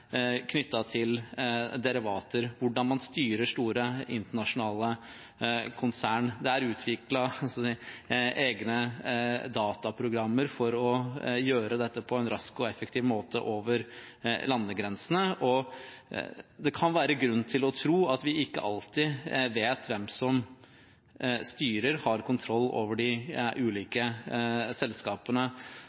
til derivater, hvordan man styrer store internasjonale konsern. Det er utviklet egne dataprogrammer for å gjøre dette på en rask og effektiv måte over landegrensene, og det kan være grunn til å tro at vi ikke alltid vet hvem som styrer, hvem som har kontroll over de ulike selskapene.